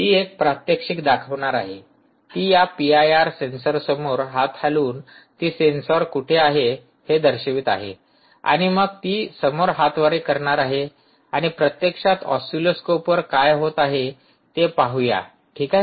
ती एक प्रात्यक्षिक दाखवणार आहे ती या पीआयआर सेन्सरसमोर हात हलवून ती सेन्सॉर कोठे आहे हे दर्शवित आहे आणि मग ती समोर हातवारे करणार आहे आणि प्रत्यक्षात ऑसिलोस्कोपवर काय होत आहे ते पाहूया ठीक आहे